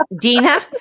Dina